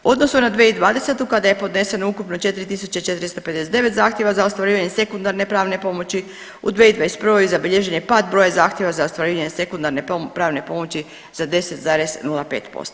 U odnosu na 2020. kada je podneseno ukupno 4.459 zahtjeva za ostvarivanje sekundarne pravne pomoći u 2021. zabilježen je pad broja zahtjeva za ostvarenje sekundarne pravne pomoći za 10,05%